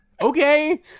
Okay